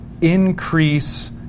increase